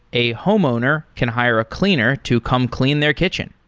a homeowner can hire a cleaner to come clean their kitchen.